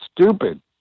stupid